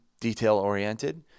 detail-oriented